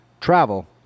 travel